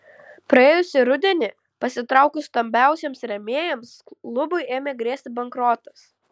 praėjusį rudenį pasitraukus stambiausiems rėmėjams klubui ėmė grėsti bankrotas